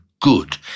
good